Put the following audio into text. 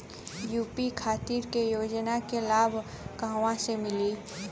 UP खातिर के योजना के लाभ कहवा से मिली?